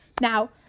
now